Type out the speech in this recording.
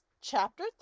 chapter